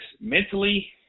mentally